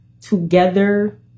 together